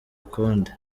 ukundi